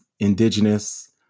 Indigenous